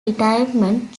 retirement